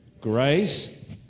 Grace